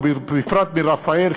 ובפרט מרפא"ל,